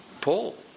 Paul